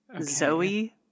Zoe